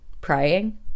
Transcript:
praying